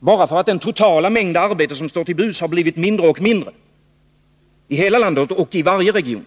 bara för att den totala mängd arbete som står till buds har blivit mindre och mindre i hela landet och i varje region.